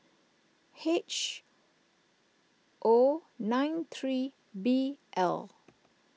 H O nine three B L